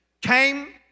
came